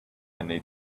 need